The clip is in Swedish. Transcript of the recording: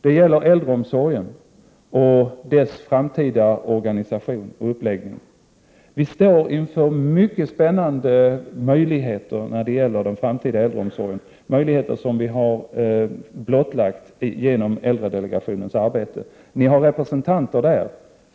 Det gäller äldreomsorgen och dess framtida organisation och uppläggning. Vi står inför mycket spännande möjligheter när det gäller den framtida äldreomsorgen, möjligheter som vi har blottlagt genom äldredelegationens arbete. Ni har representanter där.